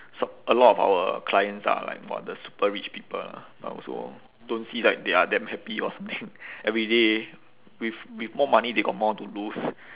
so a lot of our clients are like !wah! the super rich people but also don't see like they are damn happy or something every day with with more money they got more to lose